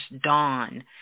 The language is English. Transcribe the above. Dawn